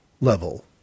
level